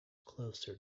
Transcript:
closer